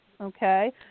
okay